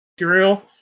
material